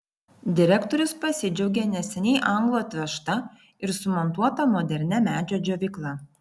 direktorius pasidžiaugė neseniai anglų atvežta ir sumontuota modernia medžio džiovykla